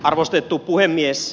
arvostettu puhemies